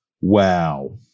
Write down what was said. Wow